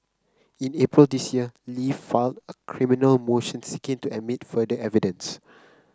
in April this year Li filed a criminal motion seeking to admit further evidence